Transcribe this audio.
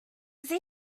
they